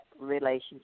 relationship